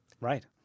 Right